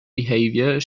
behaviour